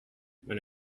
when